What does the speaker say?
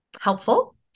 helpful